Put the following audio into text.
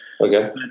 Okay